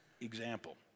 example